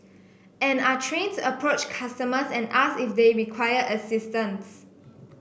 and are trained to approach customers and ask if they require assistance